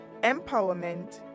empowerment